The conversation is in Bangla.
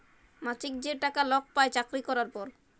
মাছিক যে টাকা লক পায় চাকরি ক্যরার পর